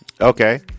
Okay